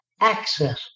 access